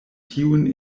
tiun